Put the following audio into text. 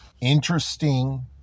interesting